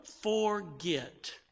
forget